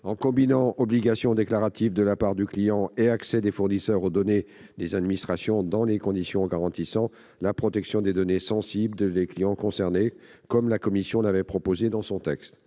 en combinant obligations déclaratives pour le client et accès des fournisseurs aux données des administrations, dans des conditions garantissant la protection des données sensibles des clients concernés, comme la commission l'avait proposé dans son texte.